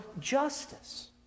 justice